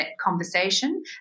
conversation